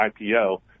IPO